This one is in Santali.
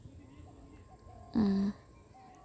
ᱩᱸ